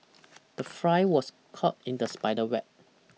the fly was caught in the spider web